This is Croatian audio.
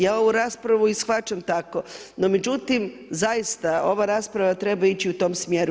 Ja ovu raspravu i shvaćam tako, no međutim, zaista ova rasprava treba ići u tom smjeru.